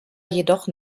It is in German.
jedoch